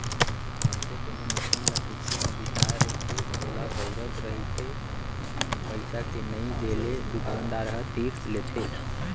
मनसे कोनो मसीन ल किस्ती म बिसाय रहिथे ओला बउरत रहिथे पइसा के नइ देले दुकानदार ह तीर लेथे